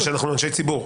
בגלל שאנחנו אנשי ציבור?